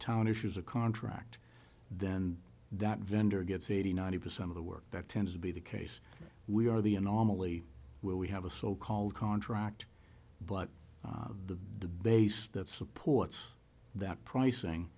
town issues a contract then that vendor gets eighty ninety percent of the work that tends to be the case we are the anomaly where we have a so called contract but the base that supports that pricing